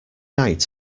night